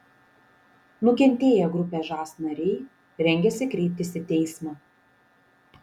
nukentėję grupės žas nariai rengiasi kreiptis į teismą